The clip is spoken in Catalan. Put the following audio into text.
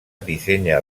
dissenya